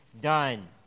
done